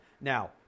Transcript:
Now